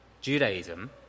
Judaism